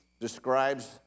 describes